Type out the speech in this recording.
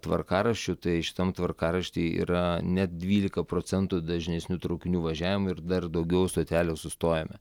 tvarkaraščiu tai šitam tvarkarašty yra net dvylika procentų dažnesniu traukinių važiavomu ir dar daugiau stotelių sustojame